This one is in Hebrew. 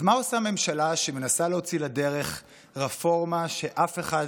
אז מה עושה ממשלה שמנסה להוציא לדרך רפורמה שאף אחד,